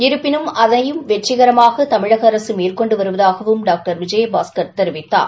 இருப்பினும் அதையும் வெற்றிகரமாக தமிழக அரசு மேற்கொண்டு வருவதாகவும் டாக்டர் விஜயபாஸ்கள் தெரிவித்தார்